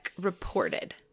reported